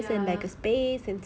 ya ya